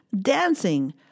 dancing